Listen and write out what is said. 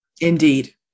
Indeed